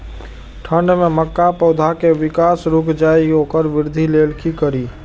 ठंढ में मक्का पौधा के विकास रूक जाय इ वोकर वृद्धि लेल कि करी?